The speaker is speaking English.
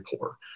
poor